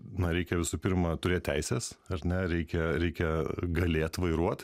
na reikia visų pirma turėt teises ar ne reikia reikia galėt vairuot